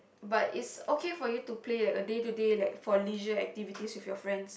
but is okay for you to play the day to day like leisure activities with your friends